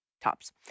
tops